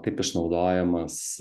kaip išnaudojamas